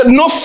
no